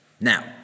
Now